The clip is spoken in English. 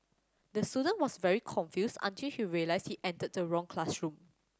the student was very confused until he realized he entered the wrong classroom